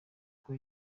kuko